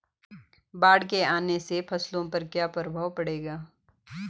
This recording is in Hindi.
बाढ़ के आने से फसलों पर क्या प्रभाव पड़ेगा?